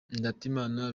ndatimana